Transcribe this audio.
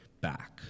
back